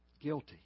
guilty